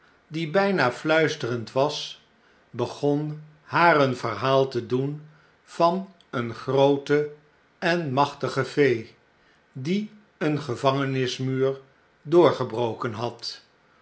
die byna fluisterend was begon haar een verhaal te doen van eene groote en machtige fee die een gevangenismuur doorgebroken had